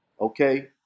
okay